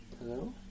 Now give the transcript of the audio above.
Hello